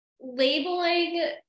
labeling